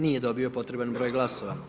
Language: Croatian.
Nije dobio potreban broj glasova.